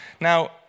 Now